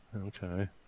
Okay